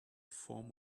form